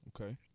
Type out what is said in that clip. okay